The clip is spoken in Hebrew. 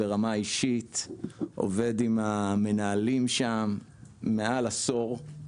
עובד עם המנהלים שם מעל עשור,